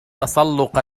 تسلق